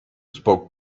spoke